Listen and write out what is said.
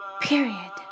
Period